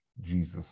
Jesus